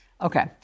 Okay